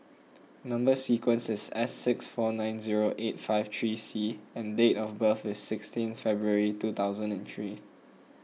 Number Sequence is S six four nine zero eight five three C and date of birth is sixteen February two thousand and three